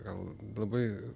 gal labai